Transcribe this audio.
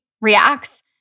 reacts